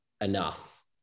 enough